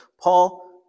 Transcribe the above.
Paul